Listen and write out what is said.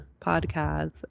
podcast